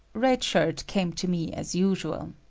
red shirt came to me as usual.